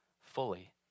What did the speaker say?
fully